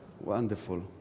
Wonderful